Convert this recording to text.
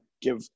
give